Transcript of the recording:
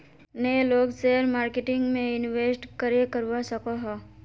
नय लोग share marketing में इंवेस्ट करे करवा सकोहो?